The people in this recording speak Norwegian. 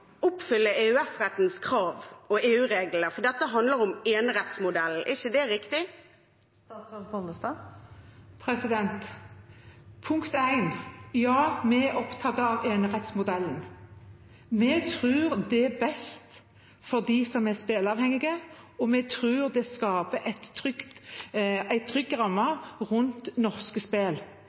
oppfylle EØS-rettens krav og EU-reglene, fordi det handler om enerettsmodellen. Er ikke det riktig? Ja, vi er opptatt av enerettsmodellen. Vi tror det er best for dem som er spillavhengige, og vi tror det skaper en trygg ramme rundt norske